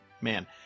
man